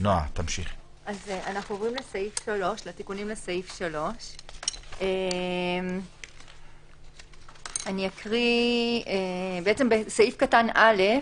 אנו עוברים לתיקונים לסעיף 3. בסעיף קטן (א)